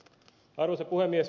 arvoisa puhemies